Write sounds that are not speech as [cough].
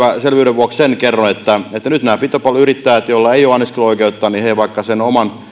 selvyyden vuoksi sen kerron että nyt nämä pitopalveluyrittäjät joilla ei ole anniskeluoikeutta sen oman [unintelligible]